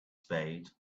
spade